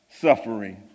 suffering